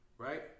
Right